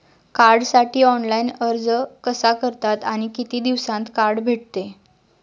कार्डसाठी ऑनलाइन अर्ज कसा करतात आणि किती दिवसांत कार्ड भेटते?